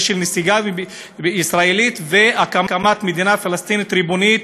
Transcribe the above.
נסיגה ישראלית והקמת מדינה פלסטינית ריבונית